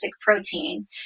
protein